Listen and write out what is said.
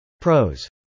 Pros